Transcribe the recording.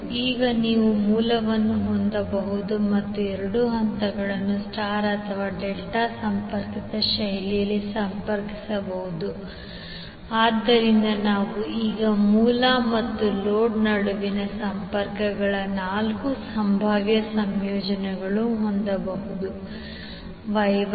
ಈಗ ನೀವು ಮೂಲವನ್ನು ಹೊಂದಬಹುದು ಮತ್ತು ಎರಡೂ ಹಂತಗಳನ್ನು ಸ್ಟಾರ್ ಅಥವಾ ಡೆಲ್ಟಾ ಸಂಪರ್ಕಿತ ಶೈಲಿಯಲ್ಲಿ ಸಂಪರ್ಕಿಸಬಹುದು ಆದ್ದರಿಂದ ನಾವು ಈಗ ಮೂಲ ಮತ್ತು ಲೋಡ್ ನಡುವಿನ ಸಂಪರ್ಕಗಳ ನಾಲ್ಕು ಸಂಭಾವ್ಯ ಸಂಯೋಜನೆಗಳನ್ನು ಹೊಂದಬಹುದು 1